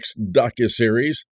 docuseries